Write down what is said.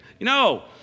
No